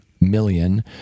million